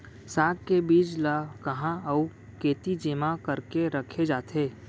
साग के बीज ला कहाँ अऊ केती जेमा करके रखे जाथे?